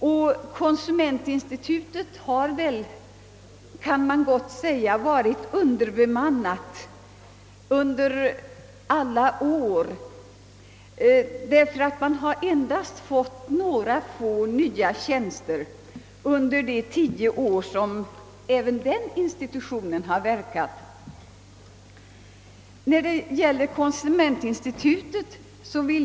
Man kan gott säga att konsumentinstitutet varit underbemannat, ty det har endast fått ett fåtal nya tjänster under de tio år som även den insitutionen har verkat.